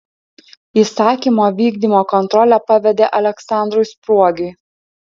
įsakymo vykdymo kontrolę pavedė aleksandrui spruogiui